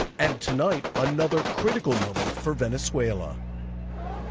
and tonight another critical moment for venezuela